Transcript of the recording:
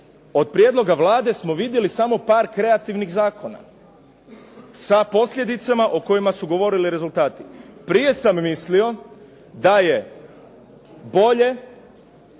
od prijedloga Vlade smo vidjeli samo par kreativnih zakona sa posljedicama o kojima su govorili rezultati. Prije sam mislio da je bolje